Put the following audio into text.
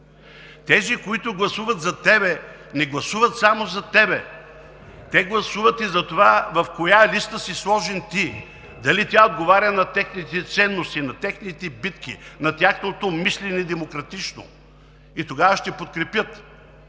тези, които гласуват за теб, не гласуват само за теб, те гласуват и за това в коя листа си сложен ти – дали отговаря на техните ценности, на техните битки, на тяхното демократично мислене, и тогава ще подкрепят.